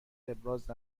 ابراز